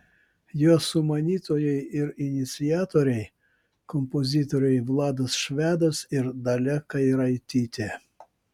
jo sumanytojai ir iniciatoriai kompozitoriai vladas švedas ir dalia kairaitytė